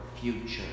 future